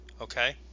Okay